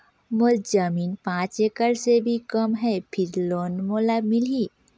मोर जमीन पांच एकड़ से भी कम है फिर लोन मोला मिलही?